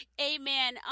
Amen